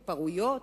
התפרעויות?